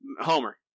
Homer